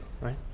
right